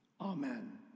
Amen